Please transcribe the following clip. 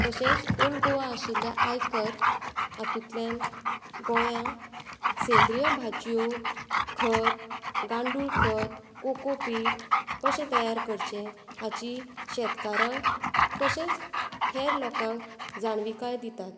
तशेंच ओल्ड गोवा आशिल्ल्या आयकर हातुंतल्यान गोंया सेंद्रीय भाजयो खत गांडूळ खत कोको पीट कशें तयार करचें हाची शेतकारांक तशेंच हेर लोकांक जाणविकाय दितात